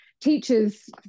teachers